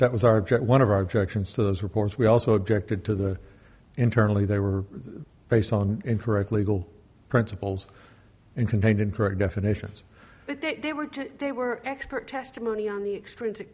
that was our object one of our direction so those reports we also objected to the internally they were based on incorrect legal principles and contained incorrect definitions but that they were just they were expert testimony on the extr